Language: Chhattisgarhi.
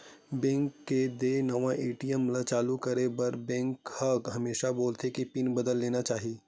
बेंक के देय नवा ए.टी.एम ल चालू करे के बाद म बेंक ह हमेसा बोलथे के पिन बदल लेना चाही